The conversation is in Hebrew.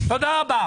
תודה רבה.